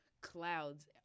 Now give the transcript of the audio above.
clouds